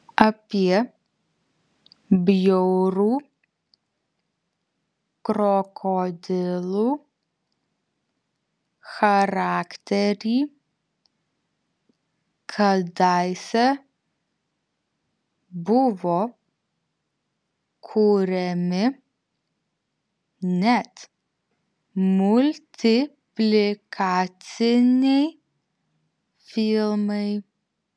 apie bjaurų krokodilų charakterį kadaise buvo kuriami net multiplikaciniai filmai